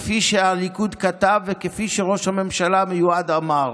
כפי שהליכוד כתב וכפי שראש הממשלה המיועד אמר.